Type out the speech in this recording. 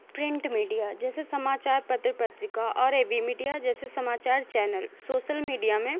print media जैसे समाचार पत्र पत्रिका और ए बी मीडिया जैसे समाचार चैनल सोशल मीडिया में